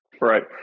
Right